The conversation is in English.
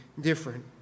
different